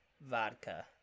vodka